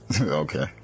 okay